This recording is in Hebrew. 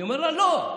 אני אומר לה: לא.